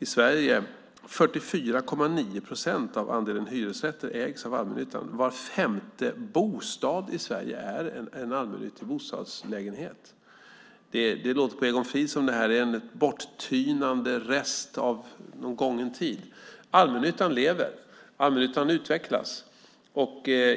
eftersom 44,9 procent av andelen hyresrätter ägs av allmännyttan. Var femte bostad i Sverige är en allmännyttig lägenhet. Det låter på Egon Frid som att detta är en borttynande rest av förgången tid. Allmännyttan lever och utvecklas.